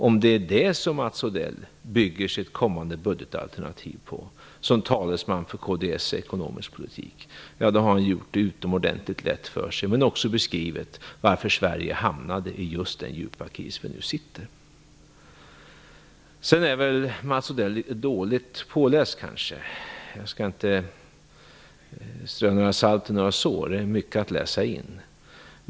Om det är på detta som Mats Odell bygger sitt kommande budgetalternativ som talesman för kds ekonomiska politik, så har han gjort det utomordentligt lätt för sig men också beskrivit varför Sverige hamnade i just den djupa kris som vi nu befinner oss. Sedan är väl Mats Odell kanske litet dåligt påläst. Jag skall inte strö salt i några sår, för det är mycket att läsa in.